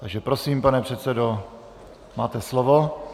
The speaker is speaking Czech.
Takže prosím, pane předsedo, máte slovo.